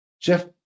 Jeff